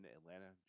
Atlanta